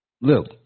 Look